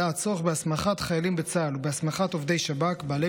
עלה הצורך בהסמכת חיילים בצה"ל ובהסמכת עובדי שב"כ בעלי